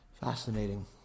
Fascinating